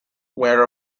where